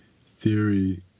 theory